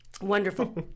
Wonderful